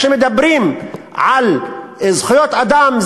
כשמדברים על זכויות אדם,